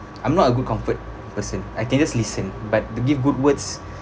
I'm not a good comfort person I can just listen but to give good words